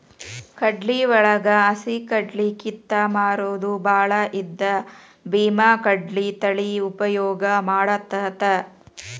ಕಡ್ಲಿವಳಗ ಹಸಿಕಡ್ಲಿ ಕಿತ್ತ ಮಾರುದು ಬಾಳ ಇದ್ದ ಬೇಮಾಕಡ್ಲಿ ತಳಿ ಉಪಯೋಗ ಮಾಡತಾತ